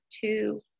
two